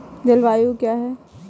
जलवायु क्या है?